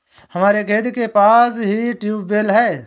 हमारे खेत के पास ही ट्यूबवेल है